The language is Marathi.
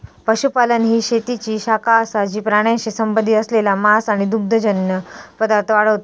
पशुपालन ही शेतीची शाखा असा जी प्राण्यांशी संबंधित असलेला मांस आणि दुग्धजन्य पदार्थ वाढवता